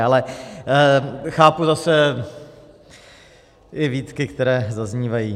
Ale chápu zase i výtky, které zaznívají.